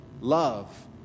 Love